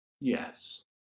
yes